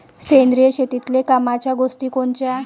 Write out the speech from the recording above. सेंद्रिय शेतीतले कामाच्या गोष्टी कोनच्या?